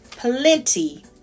plenty